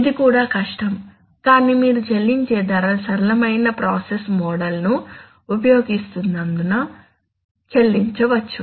ఇది కూడా కష్టం కానీ మీరు చెల్లించే ధర సరళమైన ప్రాసెస్ మోడల్ను ఉపయోగిస్తున్నందుకు చెలించవచ్చు